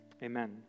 Amen